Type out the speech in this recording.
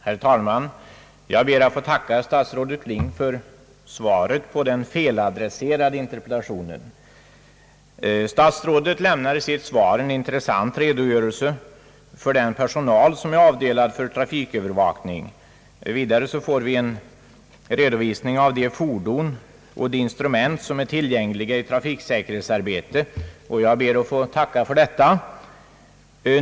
Herr talman! Jag ber att få tacka herr statsrådet Kling för svaret på den feladresserade interpellationen. Herr statsrådet lämnar i sitt svar en intressant redogörelse för den personal som är avdelad för trafikövervakning. Vidare får vi en redovisning av de fordon och de instrument som är tillgängliga i trafiksäkerhetsarbetet, och jag ber att få tacka för detta.